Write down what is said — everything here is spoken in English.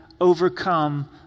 overcome